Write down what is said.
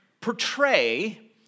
portray